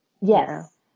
Yes